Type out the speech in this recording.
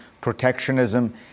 protectionism